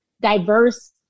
diverse